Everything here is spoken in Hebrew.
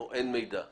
או שאין מידע מספק.